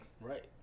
Right